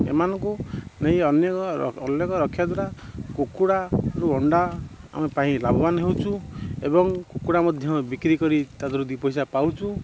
ଏମାନଙ୍କୁ ନେଇ ଅନେକ ଅଲଗା ରଖିବା ଦ୍ଵାରା କୁକୁଡ଼ାରୁ ଅଣ୍ଡା ଆମେ ପାଇ ଲାଭବାନ ହେଉଛୁ ଏବଂ କୁକୁଡ଼ା ମଧ୍ୟ ବିକ୍ରି କରି ତା'ଦେହରୁ ଦୁଇ ପଇସା ପାଉଛୁ